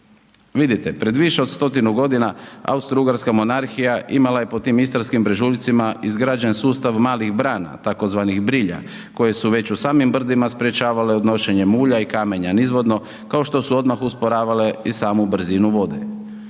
Vidite, pred više od 100 g. Austrougarska monarhija imala je po tim istarskim brežuljcima izgrađen sustav malih brana tzv. brilja koje su već u samim brdima sprječavale odnošenje mulja i kamenja nizvodno kao što su odmah usporavale i samu brzinu vode.